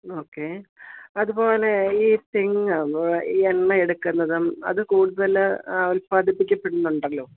okay അതുപോലെ ഈ തെങ്ങ് ഈ എണ്ണയെടുക്കുന്നതും അത് കൂടുതൽ ഉല്പാദിപ്പിക്കപ്പെടുന്നുണ്ടല്ലോ